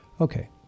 Okay